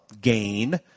gain